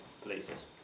places